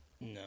No